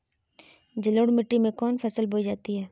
जलोढ़ मिट्टी में कौन फसल बोई जाती हैं?